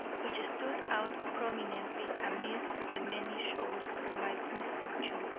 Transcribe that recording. which stood out prominently amidst the many shoals of my misfortune,